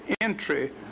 entry